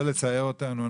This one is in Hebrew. בבקשה לא לצער אותנו.